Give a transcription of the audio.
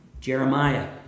Jeremiah